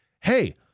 Hey